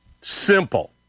Simple